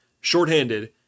shorthanded